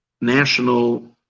national